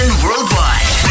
worldwide